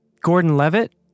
Gordon-Levitt